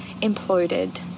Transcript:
imploded